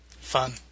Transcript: Fun